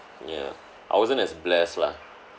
ya I wasn't as bless lah